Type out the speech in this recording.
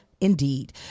Indeed